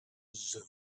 zoom